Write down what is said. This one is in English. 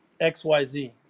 xyz